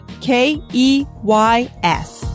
K-E-Y-S